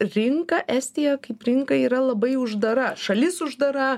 rinka estija kaip rinka yra labai uždara šalis uždara